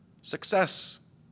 success